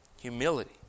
Humility